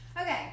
okay